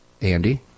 Andy